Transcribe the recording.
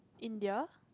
India